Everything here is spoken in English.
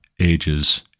ages